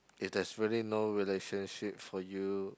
if there's really no relationship for you